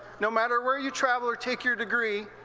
no matter where you travel or take your degree,